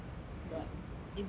but in terms of